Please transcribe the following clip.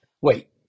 wait